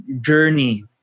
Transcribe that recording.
journey